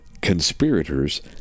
conspirators